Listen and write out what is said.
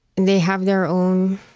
they have their own